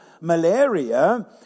malaria